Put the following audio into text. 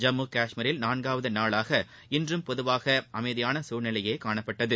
ஜம்முகஷ்மீரில் நான்காவது நாளாக இன்றும் பொதுவாக அமைதியான சூழ்நிலையே காணப்பட்டது